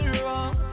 wrong